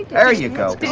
and you go.